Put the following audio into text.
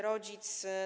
Rodzic.